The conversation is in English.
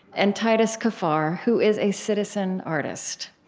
and titus kaphar, who is a citizen artist